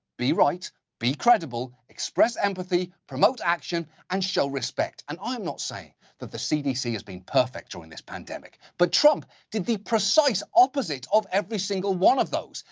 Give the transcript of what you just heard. be right, be credible, express empathy, promote action, and show respect. and i'm not saying that the cdc has been perfect during this pandemic, but trump did the precise opposite of every single one of those.